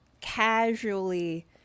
casually